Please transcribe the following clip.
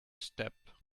step